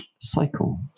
cycle